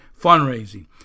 fundraising